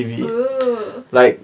oo